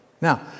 Now